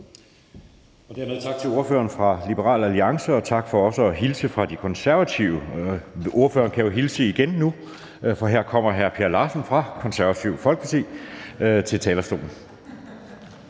Dermed tak til ordføreren for Liberal Alliance, og tak for også at hilse fra De Konservative. Ordføreren kan jo hilse igen nu, for her kommer hr. Per Larsen fra Det Konservative Folkeparti til talerstolen.